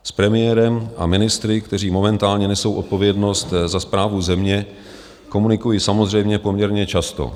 S premiérem a ministry, kteří momentálně nesou odpovědnost za správu země, komunikuji samozřejmě poměrně často.